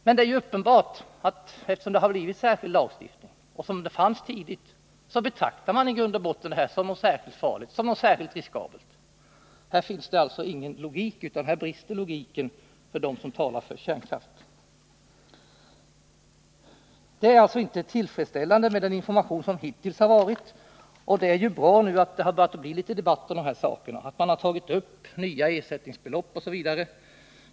Men det är uppenbart att det, eftersom det har genomförts en särskild lagstiftning om kärnkraften och eftersom denna tidigt betraktades som något i grund och botten särskilt skadligt och farligt, inte finns någon logik i kärnkraftsanhängarnas resonemang utan att deras logik brister på denna punkt. Den information som hittills lämnats har alltså inte varit tillfredsställande, och det är bra att det nu börjat bli litet debatt om dessa frågor, att man börjat justera upp ersättningsbeloppen osv.